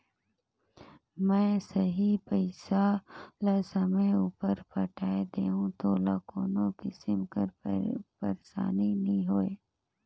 में सही पइसा ल समे उपर पटाए देहूं तोला कोनो किसिम कर पइरसानी नी होए